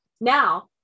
Now